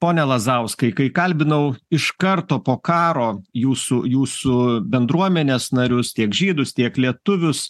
pone lazauskai kai kalbinau iš karto po karo jūsų jūsų bendruomenės narius tiek žydus tiek lietuvius